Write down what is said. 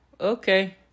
okay